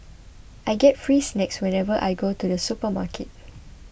I get free snacks whenever I go to the supermarket